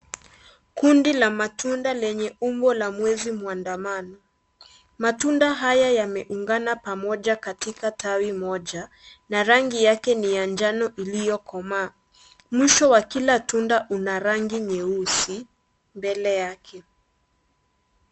Kundi la matunda lenye umbo la mwezi mwandamano, matunda haya yameungana pamoja katika tawi moja, na rangi yake ni ya njano iliyo komaa, mwisho wa kila tunda una rangi nyeusi mbele yake.